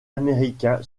américain